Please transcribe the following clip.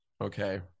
Okay